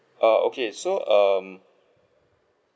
uh okay so um